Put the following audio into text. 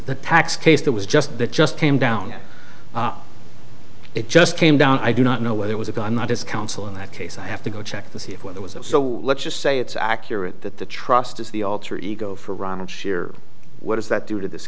the tax case that was just that just came down it just came down i do not know whether it was a guy not his counsel in that case i have to go check to see if it was that so let's just say it's accurate that the trust is the alter ego for ronald sure what does that do to this